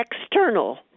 external